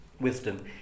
Wisdom